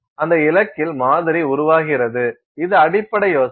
அந்த இலக்கில் மாதிரி உருவாகிறது இது அடிப்படை யோசனை